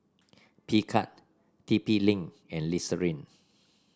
Picard T P Link and Listerine